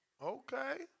Okay